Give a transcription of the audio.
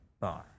bar